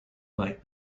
night